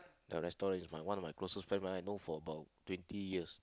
the restaurant is by one of my closest friend right I know for about twenty years